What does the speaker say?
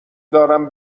دارم